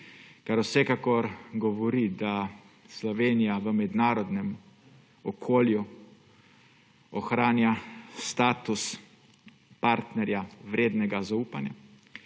kar vsekakor govori, da Slovenija v mednarodnem okolju ohranja status partnerja, vrednega zaupanja.